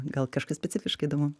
gal kažkas specifiškai įdomu